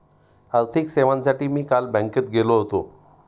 आर्थिक सेवांसाठी मी काल बँकेत गेलो होतो